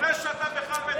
לפני שאתה בכלל מדבר.